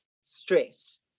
stress